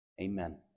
Amen